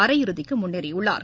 அரையிறுதிக்கு முன்னேறியுள்ளார்